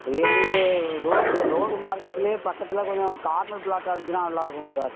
எங்களுக்கு road road மார்க்கெட்டுலேயே பக்கத்தில் கொஞ்சம் கார்னர் ஃப்ளாட்டாக இருந்துச்சுன்னா நல்லாயிருக்கும் சார்